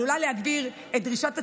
עלולה להגביר את דרישות הציות,